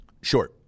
sure